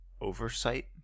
oversight